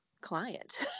client